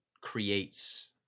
creates